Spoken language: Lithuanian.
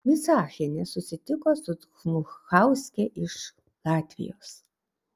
micachienė susitiko su dmuchauske iš latvijos